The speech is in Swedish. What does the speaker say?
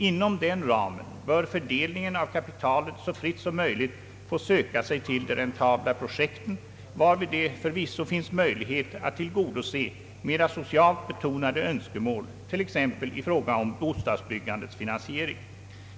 Inom den ramen bör fördelningen av kapitalet så fritt som möjligt få söka sig till de räntabla projekten, varvid det förvisso finns möjlighet att tillgodose mera socialt betonade önskemål, t.ex. i fråga om bostadsbyggandets finansiering.